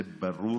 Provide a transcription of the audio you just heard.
זה ברור